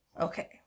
Okay